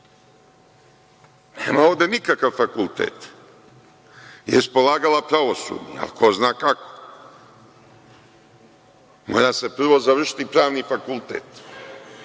nema ovde nikakav fakultet, jeste polagala pravosudni, ali ko zna kako. Mora se prvo završiti pravni fakultet.